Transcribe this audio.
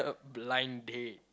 blind date